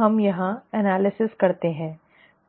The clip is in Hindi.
अब हम यहां विश्लेषण करते हैं